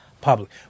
public